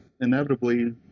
inevitably